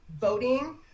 voting